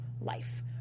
life